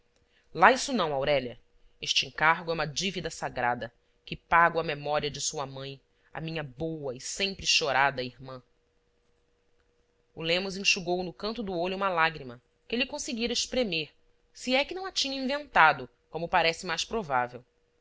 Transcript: lá isso não aurélia este encargo é uma dívida sagrada que pago à memória de sua mãe a minha boa e sempre chorada irmã o lemos enxugou no canto do olho uma lágrima que ele conseguira espremer se é que não a tinha inventado como parece mais provável